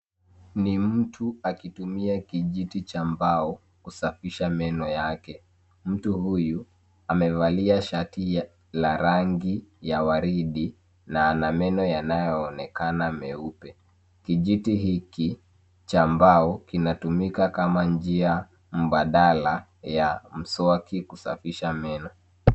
Ni mtu akitumia kijiti cha mbao kusafisha meno yake, mtu huyu amevalia shati la rangi ya waridi na ana meno yanayoonekana na meupe kijiti hiki cha mbao kinatumika kama njia mbadala ya mswaki kusafisha meno.